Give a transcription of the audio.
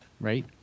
Right